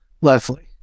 Leslie